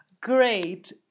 Great